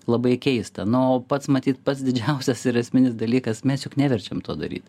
labai keista na o pats matyt pats didžiausias ir esminis dalykas mes juk neverčiam to daryt